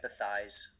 empathize